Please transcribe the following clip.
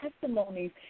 testimonies